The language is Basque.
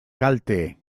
kalte